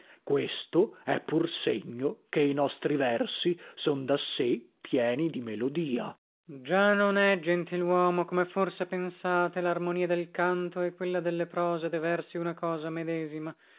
questo è pur segno che i nostri versi son da sé pieni di melodia laz già non è gentiluomo come forse pensate larmonia del canto e quella delle prose e de versi una cosa medesima